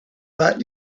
but